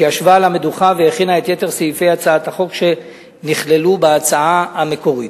שישבה על המדוכה והכינה את יתר סעיפי הצעת החוק שנכללו בהצעה המקורית.